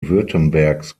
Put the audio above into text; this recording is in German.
württembergs